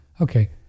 Okay